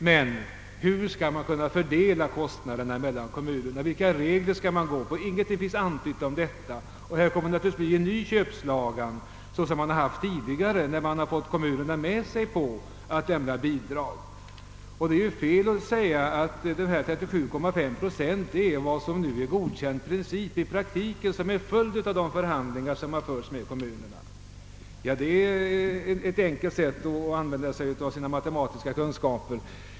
Men hur skall man kunna fördela kostnaderna mellan kommunerna? Vilka regler skall man gå efter? Ingenting finns antytt härom, och det kommer givetvis att bli köpslagan liksom tidigare då man fick kommunerna att gå med på att lämna bidrag. Det är ju fel att säga att 37,5 procent är en godkänd siffra i praktiken då det ägt rum otaliga förhandlingar. Detta är ett enkelt sätt att använda sig av sina matematiska kunskaper.